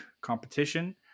competition